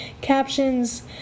captions